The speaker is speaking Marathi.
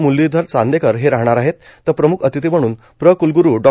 म्रलीधर चांदेकर हे राहणार आहे तर प्रम्ख अतिथि म्हण्न प्र क्लग्रु डॉ